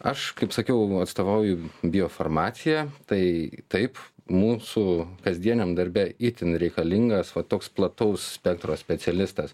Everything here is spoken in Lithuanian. aš kaip sakiau atstovauju biofarmaciją tai taip mūsų kasdieniam darbe itin reikalingas toks plataus spektro specialistas